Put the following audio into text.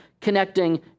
connecting